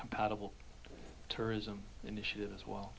compatible tourism initiative as well